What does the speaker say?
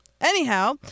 anyhow